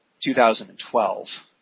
2012